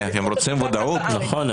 נכון,